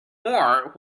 more